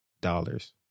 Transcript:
dollars